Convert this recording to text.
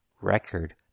record